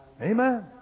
Amen